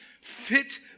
fit